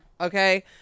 okay